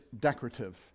decorative